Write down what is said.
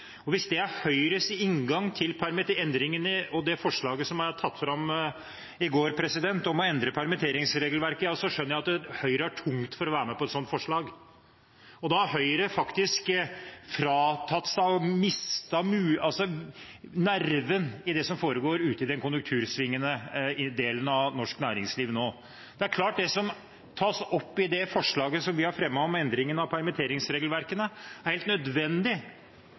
Hvis det er Høyres inngang til det forslaget som ble fremmet i går om å endre permitteringsregelverket, skjønner jeg at Høyre har tungt for å være med på et slikt forslag. Da har Høyre faktisk mistet nerven i det som foregår ute i den konjunktursvingende delen av norsk næringsliv nå. Det er klart at det som tas opp i det forslaget som vi har fremmet om endringer i permitteringsregelverket, er helt nødvendig